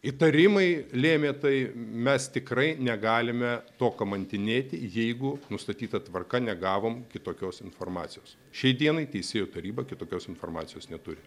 įtarimai lėmė tai mes tikrai negalime to kamantinėti jeigu nustatyta tvarka negavom kitokios informacijos šiai dienai teisėjų taryba kitokios informacijos neturi